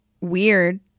weird